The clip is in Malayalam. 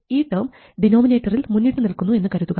ഈ ടേം ഡിനോമിനേറ്ററിൽ മുന്നിട്ടു നിൽക്കുന്നു എന്ന് കരുതുക